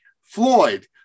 Floyd